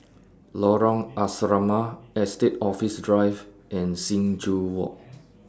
Lorong Asrama Estate Office Drive and Sing Joo Walk